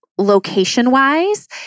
location-wise